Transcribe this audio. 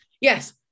Yes